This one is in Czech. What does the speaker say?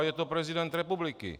Je to prezident republiky.